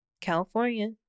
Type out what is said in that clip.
California